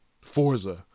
Forza